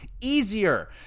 easier